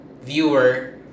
viewer